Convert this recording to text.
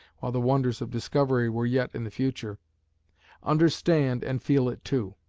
while the wonders of discovery were yet in the future understand and feel it too.